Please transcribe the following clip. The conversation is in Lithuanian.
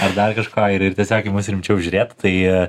ar dar kažko ir ir tiesiog į mus rimčiau žiūrėtų tai